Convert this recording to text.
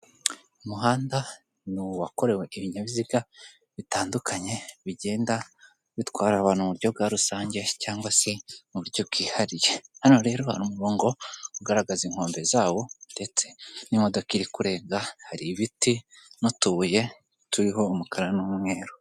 Umuhanda ni uwakorewe ibinyabiziga bitandukanye, bigenda bitwara abantu mu buryo bwa rusange cyangwag se mu buryo bwihariye. Hano rero hari umurongo ugaragaza inkombe zawo, ndetse n'imodoka iri kurenga. Hari ibiti n'utubuye turiho umukara n'umweru.